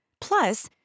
Plus